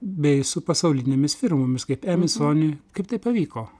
bei su pasaulinėmis firmomis kaip emy sony kaip tai pavyko